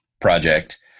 project